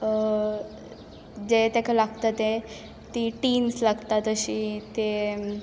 जें ताका लागता तें तीं टीन्स लागता तशीं तें